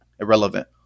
irrelevant